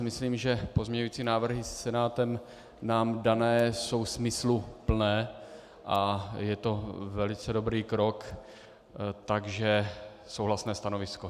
Myslím si, že pozměňovací návrhy Senátem nám dané jsou smysluplné a je to velice dobrý krok, takže souhlasné stanovisko.